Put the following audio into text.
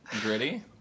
Gritty